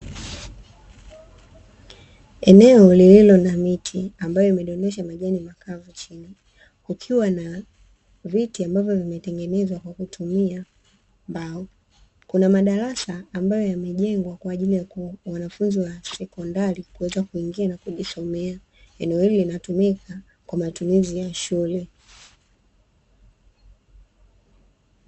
Eneo lililo na miti ambayo imedondosha majani makavu chini kukiwa na viti ambavyo vimetengenezwa kwa kutumia mbao, kuna madarasa ambayo yemejengwa kwa wanafunzi wa sekondari kuweza kuingia na kujisomea eneo hili linatumika kwa matumizi ya shule.